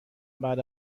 بعد